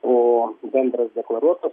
o bendras deklaruotas